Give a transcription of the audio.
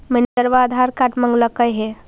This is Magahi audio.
मैनेजरवा आधार कार्ड मगलके हे?